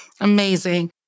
Amazing